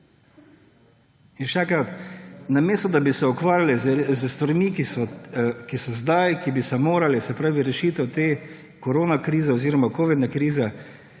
Še enkrat, namesto da bi se ukvarjali s stvarmi, ki so zdaj, s katerimi bi se morali, se pravi rešitev koronakrize oziroma covidne krize,